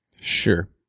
Sure